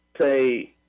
say